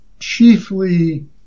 Chiefly